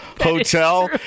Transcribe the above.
hotel